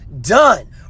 done